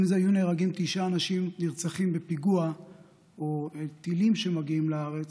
אם תשעה אנשים היו נרצחים בפיגוע או מטילים שמגיעים לארץ,